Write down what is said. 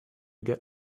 get